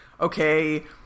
okay